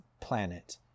planet